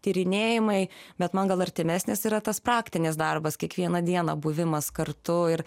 tyrinėjimai bet man gal artimesnis yra tas praktinis darbas kiekvieną dieną buvimas kartu ir